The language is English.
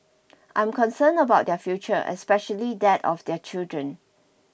I am concerned about their future especially that of their children